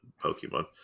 Pokemon